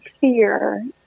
fear